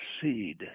seed